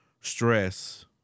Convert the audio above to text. stress